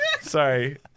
Sorry